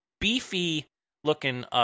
beefy-looking